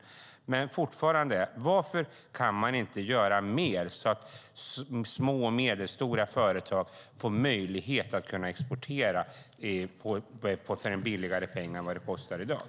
Jag undrar dock fortfarande: Varför kan man inte göra mer för att små och medelstora företag ska få möjlighet att exportera för en billigare peng än i dag?